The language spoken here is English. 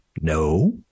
No